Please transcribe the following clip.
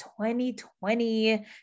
2020